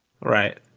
Right